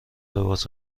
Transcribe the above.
لباس